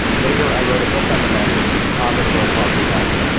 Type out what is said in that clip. later, i wrote a book on the men with the photographer harvey wang.